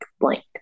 blank